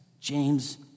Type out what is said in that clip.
James